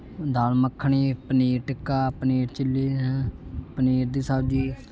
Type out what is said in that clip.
ਦਾਲ਼ ਮੱਖਣੀ ਪਨੀਰ ਟਿੱਕਾ ਪਨੀਰ ਚਿੱਲੀ ਪਨੀਰ ਦੀ ਸਬਜ਼ੀ